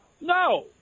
No